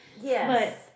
Yes